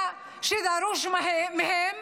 מה עשית עם משה ארבל במסגד,